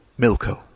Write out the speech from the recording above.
Milko